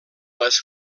les